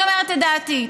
אני אומרת את דעתי.